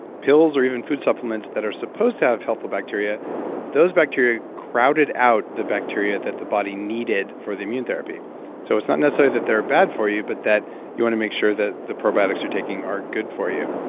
pills or even food supplements that are supposed to have helpful bacteria those bacteria crowded out the bacteria that the body needed for the immune therapy so it's not necessarily that they're bad for you, but that you want to make sure that the probiotics you're taking are good for you.